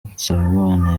nsabimana